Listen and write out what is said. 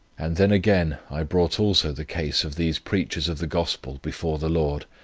and then again, i brought also the case of these preachers of the gospel before the lord,